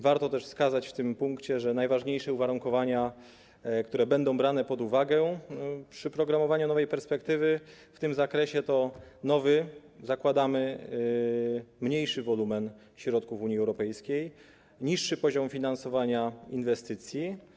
Warto też wskazać w tym punkcie, że najważniejsze uwarunkowania, które będą brane pod uwagę przy programowaniu nowej perspektywy w tym zakresie, to nowy, zakładamy, mniejszy wolumen środków Unii Europejskiej, niższy poziom finansowania inwestycji.